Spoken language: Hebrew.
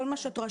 כל מה שאת רואה,